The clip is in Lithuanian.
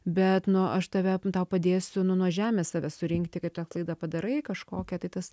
bet nu aš tave tau padėsiu nu nuo žemės save surinkti kad tą klaidą padarai kažkokią tai tas